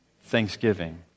thanksgiving